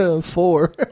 Four